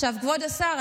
כבוד השר,